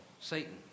Satan